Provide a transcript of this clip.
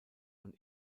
und